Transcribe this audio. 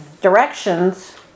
directions